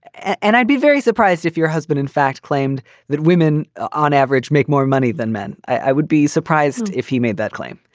and i'd be very surprised if your husband, in fact, claimed that women on average make more money than men. i would be surprised if he made that claim.